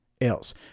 else